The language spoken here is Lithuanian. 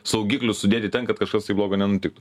saugiklius sudėti ten kad kažkas tai blogo nenutiktų